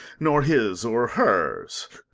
nor his, or hers.